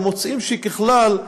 ומוצאים שככלל,